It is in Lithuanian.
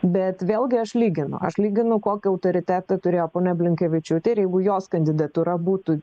bet vėlgi aš lyginu aš lyginu kokį autoritetą turėjo ponia blinkevičiūtė ir jeigu jos kandidatūra būtų